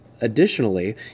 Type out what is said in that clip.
additionally